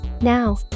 Now